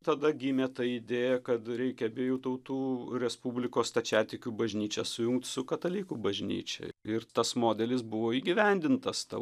tada gimė ta idėja kad reikia abiejų tautų respublikos stačiatikių bažnyčią sujungt su katalikų bažnyčia ir tas modelis buvo įgyvendintas ta